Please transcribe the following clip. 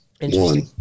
one